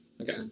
Okay